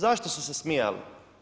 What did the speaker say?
Zašto su se smijali?